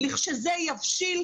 כשזה יבשיל,